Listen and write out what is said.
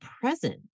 present